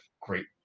great